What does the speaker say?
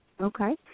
Okay